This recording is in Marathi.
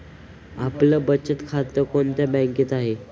आपलं बचत खातं कोणत्या बँकेत आहे?